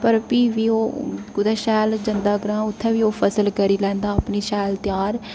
पर फ्ही बी ओह् शैल जंदा ग्रांऽ उत्थै बी ओह् फसल करी लैंदा अपनी शैल त्यार